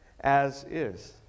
as-is